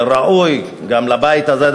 שראוי גם לבית הזה,